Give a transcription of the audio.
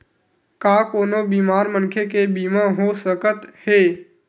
का कोनो बीमार मनखे के बीमा हो सकत हे?